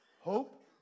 hope